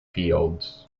fields